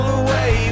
away